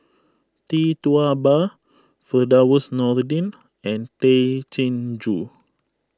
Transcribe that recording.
Tee Tua Ba Firdaus Nordin and Tay Chin Joo